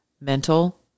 mental